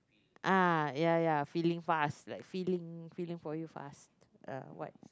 ah ya ya filling fast like filling filling for you fast uh what